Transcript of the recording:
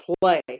play